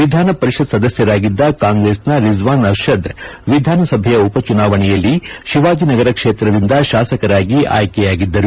ವಿಧಾನ ಪರಿಷತ್ ಸದಸ್ಯರಾಗಿದ್ದ ಕಾಂಗ್ರೆಸ್ನ ರಿಜ್ವಾನ್ ಅರ್ಷದ್ ವಿಧಾನಸಭೆಯ ಉಪ ಚುನಾವಣೆಯಲ್ಲಿ ಶಿವಾಜಿನಗರ ಕ್ಷೇತ್ರದಿಂದ ಶಾಸಕರಾಗಿ ಆಯ್ಲಿಯಾಗಿದ್ದರು